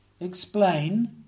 explain